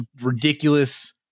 ridiculous